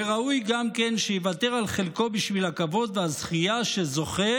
וראוי גם כן שיוותר על חלקו בשביל הכבוד והזכייה שזוכה